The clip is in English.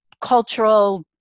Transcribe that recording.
cultural